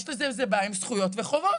זה בא עם זכויות וחובות.